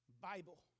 Bible